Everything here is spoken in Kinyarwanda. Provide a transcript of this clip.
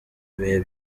ibihe